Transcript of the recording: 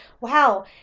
wow